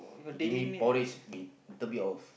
he give give me porridge with little bit of